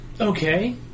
okay